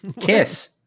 Kiss